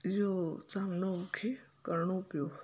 इहो सामिनो मूंखे करिणो पियो